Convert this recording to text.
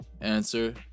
answer